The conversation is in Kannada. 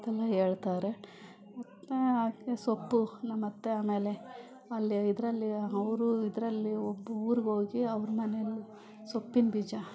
ಅಂತೆಲ್ಲ ಹೇಳ್ತಾರೆ ಮತ್ತು ಹಾಗೆ ಸೊಪ್ಪು ನಮ್ಮತ್ತೆ ಆಮೇಲೆ ಅಲ್ಲಿ ಇದರಲ್ಲಿ ಅವರು ಇದರಲ್ಲಿ ಒಬ್ಬ ಊರಿಗೆ ಹೋಗಿ ಅವ್ರ ಮನೇಲ್ಲಿ ಸೊಪ್ಪಿನ ಬೀಜ